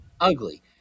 ugly